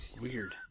Weird